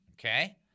okay